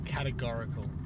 Categorical